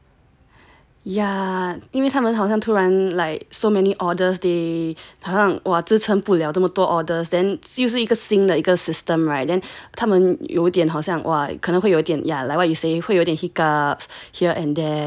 ya 因为他们好像突然 like so many orders they 好像支撑不了那么多 orders then it's usually 一个新的一个 system right then 他们有点好像 !wah! 可能会有点 ya like what you say 会有点 hiccups here and there